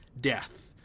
death